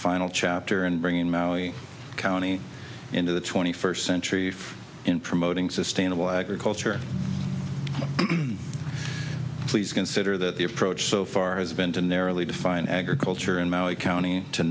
final chapter in bringing maui county into the twenty first century in promoting sustainable agriculture please consider that the approach so far has been to narrowly define agriculture in maui county to